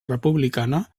republicana